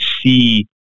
see